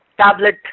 tablet